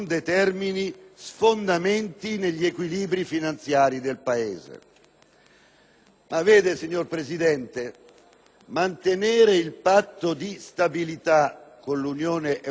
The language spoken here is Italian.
Tuttavia, signor Presidente, mantenere il patto di stabilità con l'Unione europea significa garantire i saldi di bilancio,